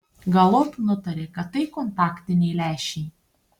galop nutarė kad tai kontaktiniai lęšiai